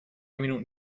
minuten